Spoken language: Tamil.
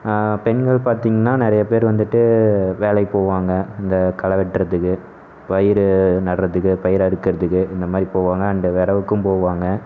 பெண்கள் பாத்திங்கனா நிறைய பேர் வந்துட்டு வேலைக்கு போவாங்க இந்த களை வெட்டுறதுக்கு பயிர் நடுகிறதுக்கு பயிர் அறுக்கிறதுக்கு இந்தமாதிரி போவாங்க அண்டு வெறகுக்கும் போவாங்க